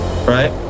Right